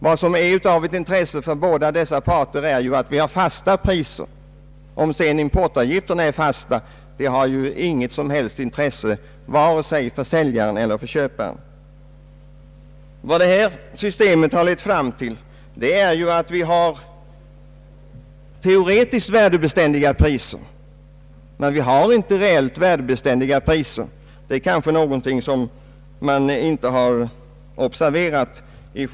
Vad som är av intresse för båda dessa parter är ju fasta priser. Om sedan importavgifterna är fasta är betydelselöst för både säljaren och köparen. Det nya systemet har lett till att det teoretiskt men inte reellt föreligger värdebeständiga priser. Det kanske de som försvarar gällande system inte har observerat.